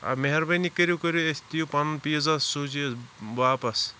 مہربٲنی کٔرِو کٔرِو اَسہِ دِیِو پَنُن پیٖزا سوٗزِو واپَس